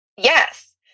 Yes